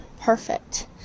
perfect